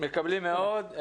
מקבלים מאוד.